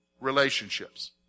relationships